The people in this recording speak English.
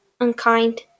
unkind